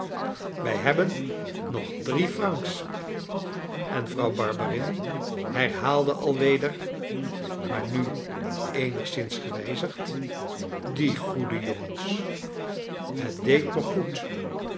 wij hebben nog drie francs en vrouw barberin herhaalde alweder maar nu eenigszins gewijzigd die goede jongens het deed me goed